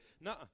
No